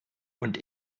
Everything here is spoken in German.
und